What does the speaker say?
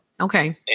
Okay